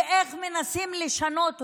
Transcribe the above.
ואיך מנסים לשנות אותו.